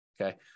okay